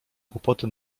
głupoty